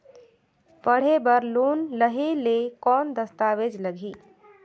पढ़े बर लोन लहे ले कौन दस्तावेज लगही?